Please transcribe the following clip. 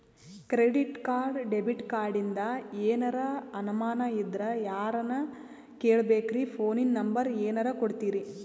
Credit card, debit ಕಾರ್ಡಿಂದ ಏನರ ಅನಮಾನ ಇದ್ರ ಯಾರನ್ ಕೇಳಬೇಕ್ರೀ, ಫೋನಿನ ನಂಬರ ಏನರ ಕೊಡ್ತೀರಿ?